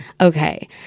Okay